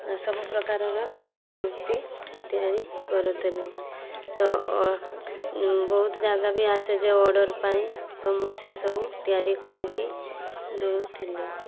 ସବୁ ପ୍ରକାରର ମୂର୍ତ୍ତି ତିଆରି କରୁଥୁନି ତ ଅ ବହୁତ ଜାଗା ବି ଆସେ ଯେ ଅଡ଼ର୍ର ପାଇଁ ତ ମୁଁ ସେ ସବୁ ତିଆରି କରିକି ଦଉଥିଲି